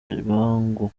bwangu